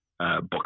Box